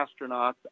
astronauts